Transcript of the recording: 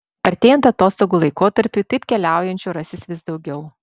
artėjant atostogų laikotarpiui taip keliaujančių rasis vis daugiau